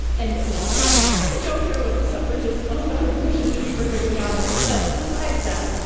and and also, i kind of don't care what the suffragists thought about a person, to be perfectly honest. but besides that,